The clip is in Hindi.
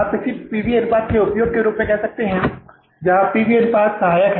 आप इसे P V अनुपात के उपयोग के रूप में कह सकते हैं जहां P V अनुपात सहायक है